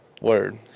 Word